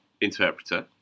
interpreter